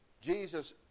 Jesus